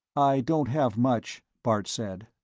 i don't have much, bart said.